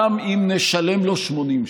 גם אם נשלם לו 80 שקל,